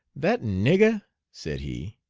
that nigger, said he,